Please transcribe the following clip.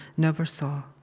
never saw.